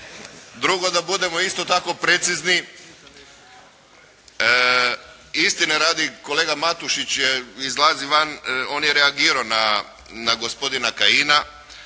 Drugo da budemo isto tako precizni, istine radi kolega Matušić je, izlazi van, on je reagirao na gospodina Kajina,